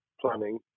planning